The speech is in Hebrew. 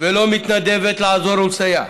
ולא מתנדבת לעזור ולסייע,